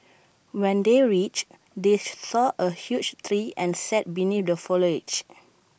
when they reached they saw A huge tree and sat beneath the foliage